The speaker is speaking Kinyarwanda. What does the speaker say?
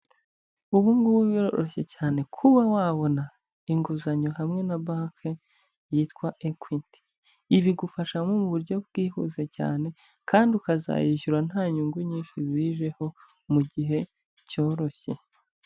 Ubu ngubu biroroshye cyane kuba wabona inguzanyo hamwe na banki yitwa Equity, ibigufashamo mu buryo bwihuse cyane kandi ukazayishyura nta nyungu nyinshi zijeho mu gihe cyoroshye.